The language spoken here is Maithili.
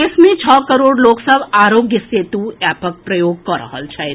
देश मे छओ करोड़ लोक सभ आरोग्य सेतु एपक प्रयोग कऽ रहल छथि